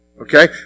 Okay